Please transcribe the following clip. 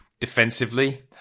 defensively